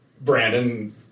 Brandon